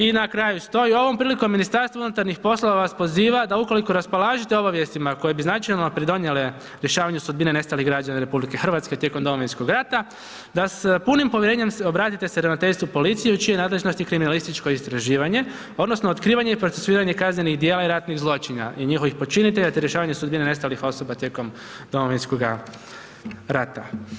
I na kraju stoji, ovom prilikom MUP vas poziva, da ukoliko raspolažete obavijestima koje bi značajno pridonijele rješavanju sudbine nestalih građana RH tijekom Domovinskog rata, da se s punim povjerenjem obratite se Ravnateljstvu policije u čijoj nadležnosti je kriminalističko istraživanje odnosno otkrivanje i procesuiranje kaznenih djela i ratnih zločina i njihovih počinitelja te rješavanje sudbine nestalih osoba tijekom Domovinskoga rata.